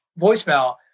voicemail